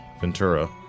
Ventura